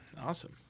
awesome